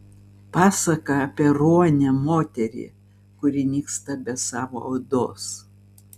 pasaka apie ruonę moterį kuri nyksta be savo odos